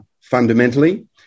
fundamentally